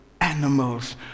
animals